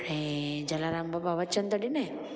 हाणे जलाराम बापा वचनि त ॾिनई